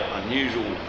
unusual